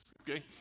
okay